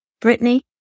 Brittany